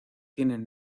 tienen